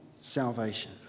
salvation